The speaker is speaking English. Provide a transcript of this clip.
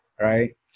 right